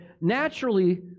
naturally